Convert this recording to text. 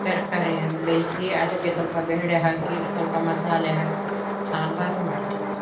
ತರಕಾರಿಯನ್ನು ಬೇಯಿಸಿ ಅದಕ್ಕೆ ಸ್ವಲ್ಪ ಬೇಳೆ ಹಾಕಿ ಸ್ವಲ್ಪ ಮಸಾಲೆ ಹಾಕಿ ಸಾಂಬಾರು ಮಾಡುತ್ತಿದ್ದೆ